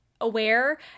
aware